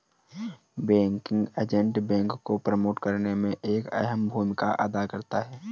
banking agent बैंक को promote करने में एक अहम भूमिका अदा करता है